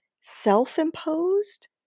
self-imposed